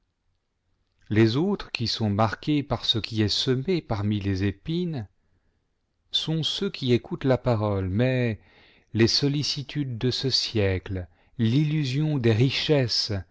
les autres qui sont marqués par ce qui est semé parmi les épines sont ceux qui écoutent la parole mais les sollicitudes de ce siècle l'illusion des richesses